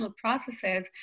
processes